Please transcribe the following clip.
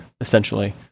essentially